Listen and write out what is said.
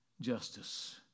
justice